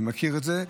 אני מכיר את זה,